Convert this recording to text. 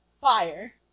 fire